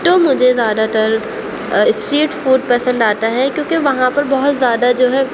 تو مجھے زیادہ تر اسٹریٹ فوڈ پسند آتا ہے کیوں کے وہاں پر بہت زیادہ جو ہے